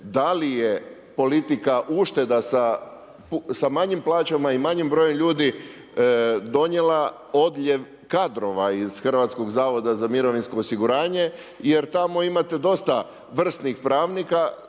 da li je politika ušteda sa manjim plaćama i manjim brojem ljudi donijela odljev kadrova iz Hrvatskog zavoda za mirovinskog osiguranje, jer tamo imate dosta vrsnih pravnika